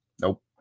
Nope